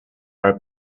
are